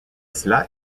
cela